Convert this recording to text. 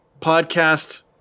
podcast